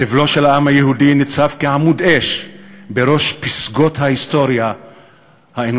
סבלו של העם היהודי ניצב כעמוד אש בראש פסגות ההיסטוריה האנושית.